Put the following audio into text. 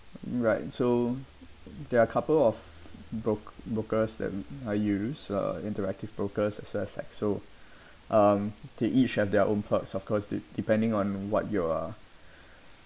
right so there are couple of brok~ brokers that w~ I use uh interactive brokers as well as Saxo um they each have their own perks of course it depending on what you are